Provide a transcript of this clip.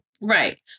Right